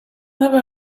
never